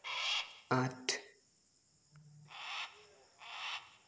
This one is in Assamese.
আঠ